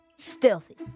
Stealthy